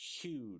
huge